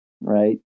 right